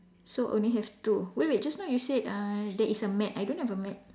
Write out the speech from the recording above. so only have two wait wait just now you said uh there is a mat I don't have a mat